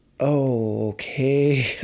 Okay